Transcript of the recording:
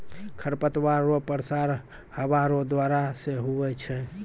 खरपतवार रो प्रसार हवा रो द्वारा से हुवै छै